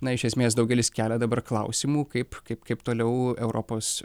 na iš esmės daugelis kelia dabar klausimų kaip kaip kaip toliau europos